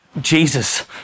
Jesus